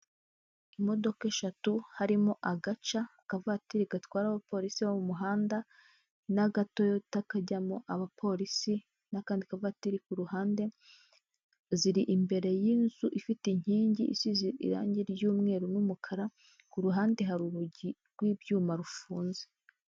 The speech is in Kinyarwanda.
Imodoka eshatu harimo agaca, akavatiri gatwara abapolisi bo mu muhanda n'agatoyota kajyamo abapolisi n'akandi kavatiri ku ruhande, ziri imbere y'inzu ifite inkingi isize irangi ry'umweru n'umukara, ku ruhande hari urugi rw'ibyuma rufunze.